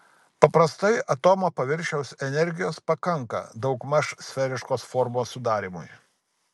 paprastai atomo paviršiaus energijos pakanka daugmaž sferiškos formos sudarymui